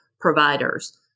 providers